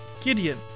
Gideon